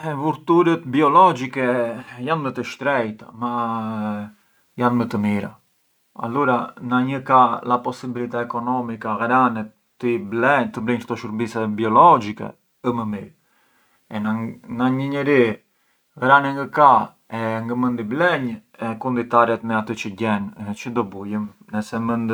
Vurdhurët biologiche janë më të shtrejta, ma janë më të mira, allura na një ka la possibilità economica, ghrane të i blenj këto shurbise biologiche, ë më mirë, na një njeri, ghrane ngë ka e ngë mënd i blenj, kunditaret me atë çë gjen, e çë do bujëm, ngë se mënd